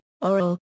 oral